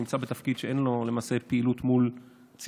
הוא נמצא בתפקיד שאין לו למעשה פעילות מול ציבור,